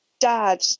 dad